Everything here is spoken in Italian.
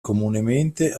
comunemente